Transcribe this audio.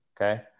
okay